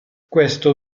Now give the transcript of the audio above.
questo